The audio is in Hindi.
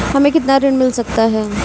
हमें कितना ऋण मिल सकता है?